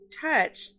touch